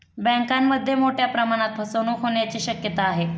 बँकांमध्ये मोठ्या प्रमाणात फसवणूक होण्याची शक्यता आहे